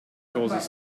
causes